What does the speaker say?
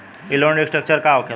ई loan restructure का होखे ला?